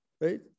right